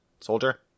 Soldier